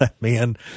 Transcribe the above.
Man